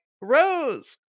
Rose